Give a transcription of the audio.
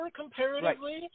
comparatively